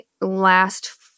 last